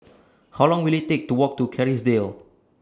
How Long Will IT Take to Walk to Kerrisdale